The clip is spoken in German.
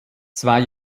zwei